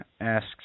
asks